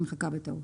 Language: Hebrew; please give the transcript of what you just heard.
היא נמחקה בטעות.